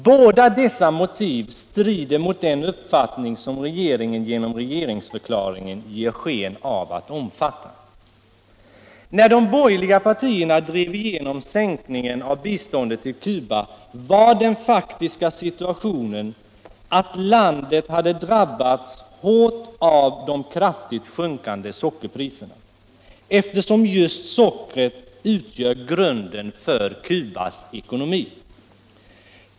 Båda dessa motiv strider mot den uppfattning som regeringen genom regeringsförklaringen ger sken av att omfatta. När de borgerliga partierna drev igenom sänkningen av biståndet till Cuba var den faktiska situationen att landet hade drabbats hårt av de kraftigt sjunkande sockerpriserna, eftersom just sockret utgör grunden för Cubas ekonomi.